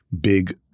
big